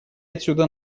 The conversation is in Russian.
отсюда